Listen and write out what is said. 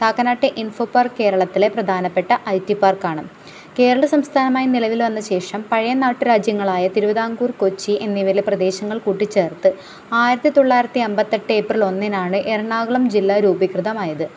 കാക്കനാട്ടെ Infopark കേരളത്തിലെ പ്രധാനപ്പെട്ട I T പാർക്കാണ് കേരളം സംസ്ഥാനമായി നിലവിൽവന്ന ശേഷം പഴയ നാട്ടുരാജ്യങ്ങളായ തിരുവിതാംകൂർ കൊച്ചി എന്നിവയിലെ പ്രദേശങ്ങൾ കൂട്ടിച്ചേർത്ത് ആയിരത്തി തൊള്ളായിരത്തി അമ്പത്തെട്ട് ഏപ്രിൽ ഒന്നിനാണ് എറണാകുളം ജില്ല രൂപീകൃതമായത്